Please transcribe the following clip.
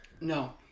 No